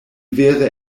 vere